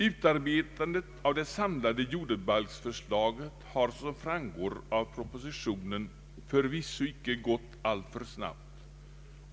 Utarbetandet av det samlade jordabalksförslaget har som framgår av propositionen förvisso icke gått alltför snabbt.